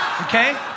okay